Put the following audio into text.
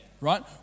right